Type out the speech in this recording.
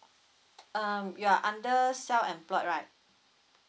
um you're under self employed right